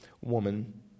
woman